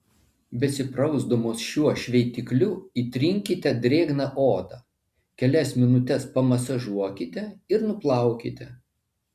besiprausdamos šiuo šveitikliu įtrinkite drėgną odą kelias minutes pamasažuokite ir nuplaukite